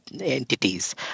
entities